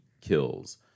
kills